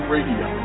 Radio